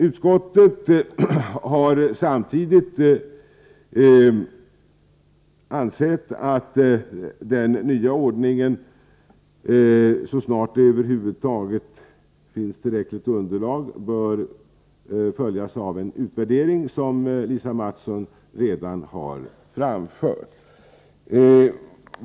Utskottet anser emellertid samtidigt att den nya ordningen redan från början måste följas med särskild uppmärksamhet och att det, som Lisa Mattson redan har framfört, så snart det över huvud taget finns tillräckligt underlag bör ske en utvärdering.